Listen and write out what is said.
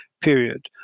period